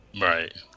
right